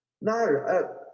No